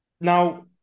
Now